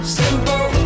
simple